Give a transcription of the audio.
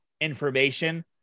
information